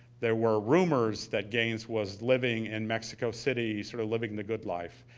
there were rumors that gaines was living in mexico city, sort of living the good life.